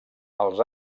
els